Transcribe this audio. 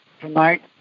tonight